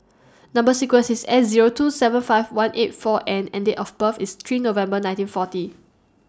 Number sequence IS S Zero two seven five one eight four N and Date of birth IS three November nineteen forty